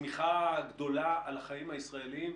לצמיחה גדולה על החיים הישראליים,